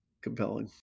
compelling